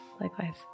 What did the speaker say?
Likewise